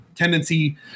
tendency